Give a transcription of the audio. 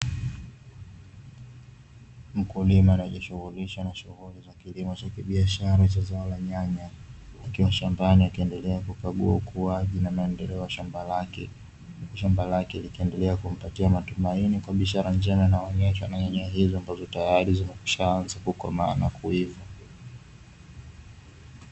Mkulima anajishughulisha na ukulima wa zao la nyanya